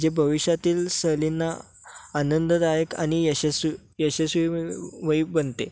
जे भविष्यातील सहलींना आनंददायक आणि यशस्वी यशस्वी वही बनते